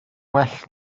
well